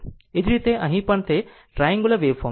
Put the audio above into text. એ જ રીતે અહીં પણ તે ટ્રાન્ગુલર વેવફોર્મ છે